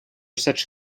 such